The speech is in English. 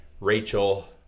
Rachel